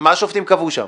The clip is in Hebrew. מה השופטים קבעו שם?